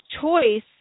choice